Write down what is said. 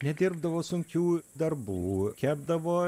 nedirbdavo sunkių darbų kepdavo